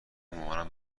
مامانم